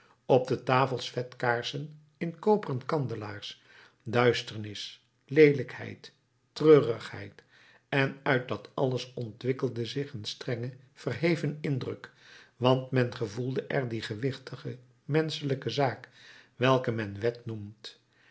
op de tafels vetkaarsen in koperen kandelaars duisternis leelijkheid treurigheid en uit dat alles ontwikkelde zich een strenge verheven indruk want men gevoelde er die gewichtige menschelijke zaak welke men wet noemt